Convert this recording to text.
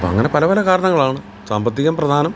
അപ്പം അങ്ങനെ പല പല കാരണങ്ങളാണ് സാമ്പത്തികം പ്രധാനം